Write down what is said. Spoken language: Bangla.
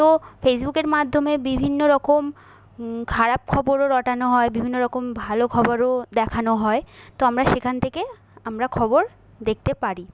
তো ফেসবুকের মাধ্যমে বিভিন্ন রকম খারাপ খবরও রটানো হয় বিভিন্ন রকম ভালো খবরও দেখানো হয় তো আমরা সেখান থেকে আমরা খবর দেখতে পারি